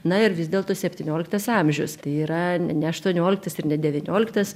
na ir vis dėlto septynioliktas amžius yra ne aštuonioliktas ir ne devynioliktas